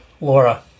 Laura